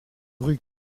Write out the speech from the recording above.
rue